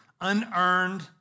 unearned